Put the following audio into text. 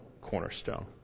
cornerstone